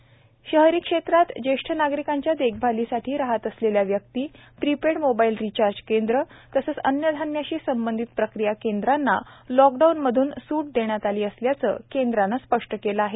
lockdown मधून सूट एयर शहरी क्षेत्रात ज्येष्ठ नागरिकांच्या देखभालीसाठी राहत असलेल्या व्यक्ती प्रीपेड मोबाईल रिचार्ज केंद्र तसंच अन्नधान्याशी संबधित प्रक्रिया केंद्रांना लॉकडाऊन मधून सूट देण्यात आली असल्याचं केंद्रानं स्पष्ट केलं आहे